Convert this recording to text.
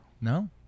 no